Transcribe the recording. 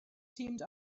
teamed